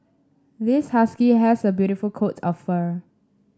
this husky has a beautiful coat of fur